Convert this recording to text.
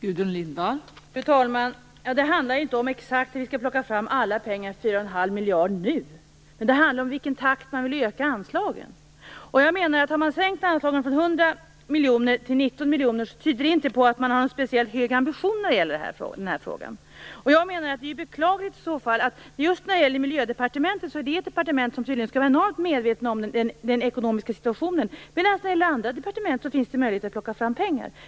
Fru talman! Det handlar inte om hur vi nu exakt skall plocka fram alla pengar - fyra och en halv miljard. Däremot handlar det om i vilken takt vi vill öka anslagen. Sänker man anslagen från 100 miljoner till 19 miljoner tyder det på, menar jag, att man inte har någon speciellt hög ambition när det gäller den här frågan. Jag menar också att det är beklagligt att man just i Miljödepartementet tydligen skall vara enormt medveten om den ekonomiska situationen, medan det finns möjlighet att plocka fram pengar när det gäller en del andra departement.